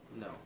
No